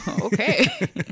okay